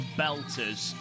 belters